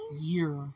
year